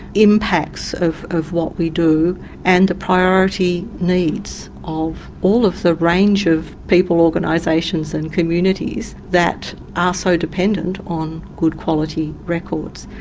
impact of of what we do and the priority needs of all of the range of people, organisations and communities that are so dependent on good quality records.